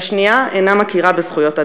והשנייה אינה מכירה בזכויות אדם.